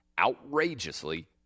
outrageously